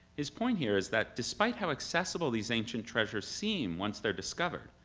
his point here is that despite how accessible these ancient treasures seem once they're discovered,